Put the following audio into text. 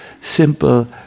simple